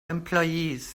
employees